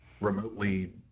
remotely